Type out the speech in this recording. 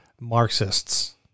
Marxists